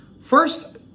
First